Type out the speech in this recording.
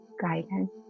guidance